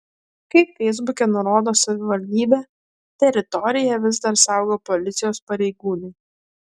kaip feisbuke nurodo savivaldybė teritoriją vis dar saugo policijos pareigūnai